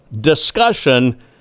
discussion